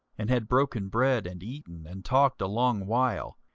and had broken bread, and eaten, and talked a long while,